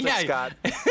Scott